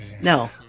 No